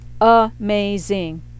amazing